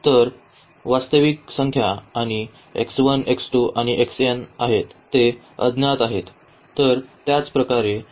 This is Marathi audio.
तर ते वास्तविक संख्या आणि आणि आहेत ते अज्ञात आहेत आणि उजव्या बाजूला पुन्हा काही वास्तविक संख्या आहे